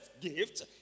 gift